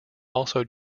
also